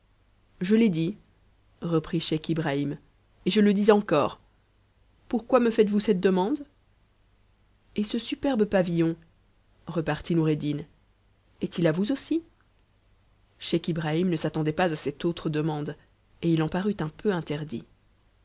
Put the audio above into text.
je l'ai dit reprit scheich ibrahim et je le dis encore pourquoi me faites-vous cette demande et ce superbe pavillon repartit noureddin est-il à vous aussi scheich ibrahim ne s'attendait pas il cette autre demande et il en parut un peu interdit